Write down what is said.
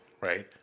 right